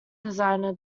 designer